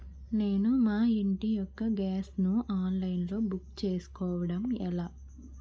నేను మా ఇంటి యెక్క గ్యాస్ ను ఆన్లైన్ లో బుక్ చేసుకోవడం ఎలా?